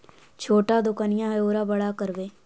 छोटा दोकनिया है ओरा बड़ा करवै?